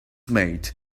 mate